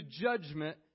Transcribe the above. judgment